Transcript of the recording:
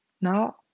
now